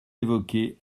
évoquez